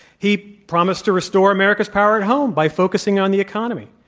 he promised to restore america's power at home by focusing on the economy.